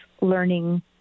learning